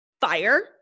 fire